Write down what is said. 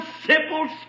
simple